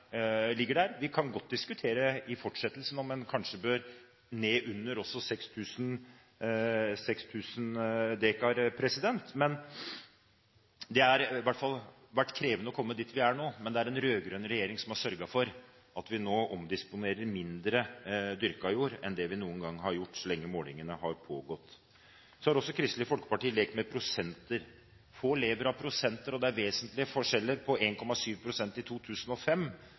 ligger der. Vi kan godt diskutere i fortsettelsen om man kanskje også bør ned under 6 000 dekar. Det har i hvert fall vært krevende å komme dit vi er nå, men det er den rød-grønne regjeringen som har sørget for at vi nå omdisponerer mindre dyrket jord enn det vi noen gang har gjort så lenge målingene har pågått. Så har også Kristelig Folkeparti lekt med prosenter. Få lever av prosenter, og det er vesentlig forskjell på 1,7 pst. i 2005